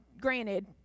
granted